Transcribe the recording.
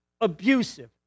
abusive